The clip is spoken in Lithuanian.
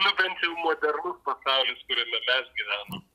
nu bent jau modernus pasaulis kuriame mes gyvenam